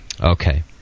Okay